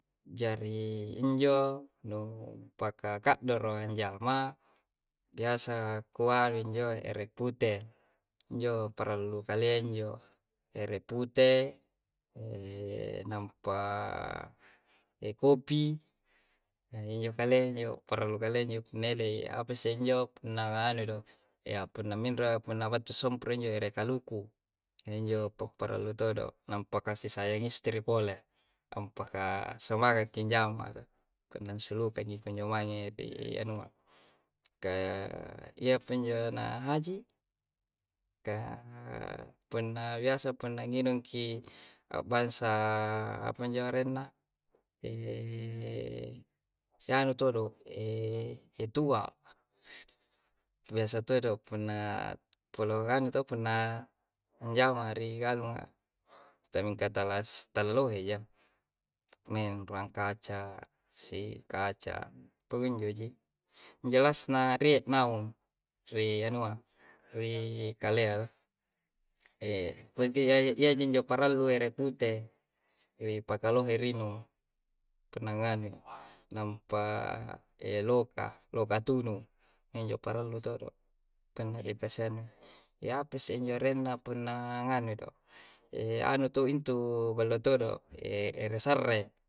Jari injo nuppaka kaddoro anjama, biasa kuanu injo ere pute. Injo parallu kalea injo, ere pute, nampa ekopi. Injo kalea mi njo parallu kalea punna elei. Apassse injo punna nganui do? Eapunna minroa battua sompro' injo ere kaluku. Injo papparallu todo'. Nampa kasi sayang istri pole. Ampaka semanga'ki njama punna ansulukangi konjo mange ri anua. Ka iyya pi njo na haji'. Kaa punna biasa punna nginung ki abbansa apanjo arenna? anu todo' etua'. Biasa todo' punna polong nganui to, punna anjama a ri galunga, mingka talas tala loheja. Maing ruang kaca, sikaca, pakunjo ji. Jelasna rie' naung ri anua, ri kalea do. E iyya ji injo parallu ere pute ri pakalohe rinung. Punna nganui nampa eloka, loka tunu. Injo parallu todo'. Punna nipasianui. Eapassse injo arenna punna nganui do? anu to' intu ballo todo', ere sarre.